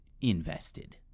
invested